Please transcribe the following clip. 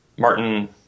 Martin